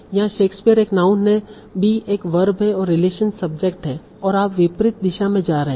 यहाँ शेक्सपियर एक नाउन है बी एक वर्ब है और रिलेशन सब्जेक्ट है और आप विपरीत दिशा में जा रहे हैं